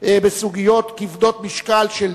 בסוגיות כבדות משקל של דיון,